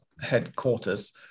headquarters